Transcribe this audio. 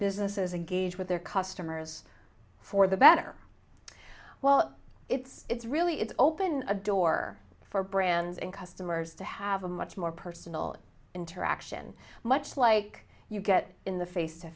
businesses engage with their customers for the better well it's it's really it's open a door for brands and customers to have a much more personal interaction much like you get in the face to